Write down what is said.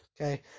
Okay